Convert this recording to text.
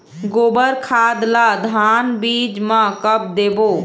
गोबर खाद ला धान बीज म कब देबो?